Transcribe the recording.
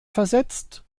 versetzt